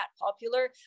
popular